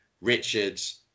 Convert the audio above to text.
Richards